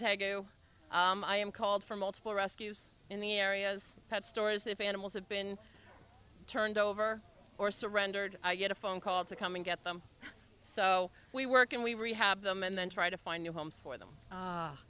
tag i am called for multiple rescues in the areas pet stores if animals have been turned over or surrendered i get a phone call to come and get them so we work and we rehab them and then try to find new homes for them